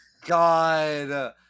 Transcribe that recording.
god